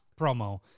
promo